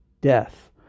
death